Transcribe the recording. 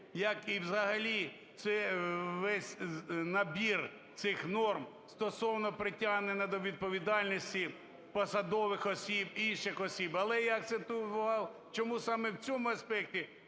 як і взагалі це весь набір цих норм, стосовно притягнення до відповідальності посадових осіб і інших осіб. Але я акцентую увагу чому саме в цьому аспекті,